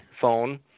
phone